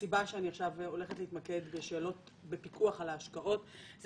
הסיבה שעכשיו אני הולכת להתמקד בשאלות על פיקוח על ההשקעות היא